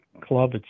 club